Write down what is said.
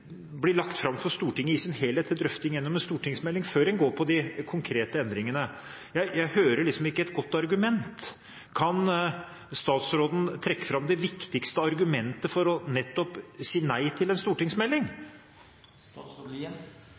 blir lagt fram for Stortinget i sin helhet til drøfting gjennom en stortingsmelding før en går på de konkrete endringene. Jeg hører liksom ikke et godt argument. Kan statsråden trekke fram det viktigste argumentet for nettopp å si nei til en stortingsmelding?